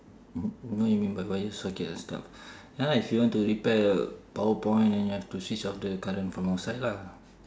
what you know you mean by wire socket and stuff ya lah if you want to repair a power point then you have to switch off the current from outside lah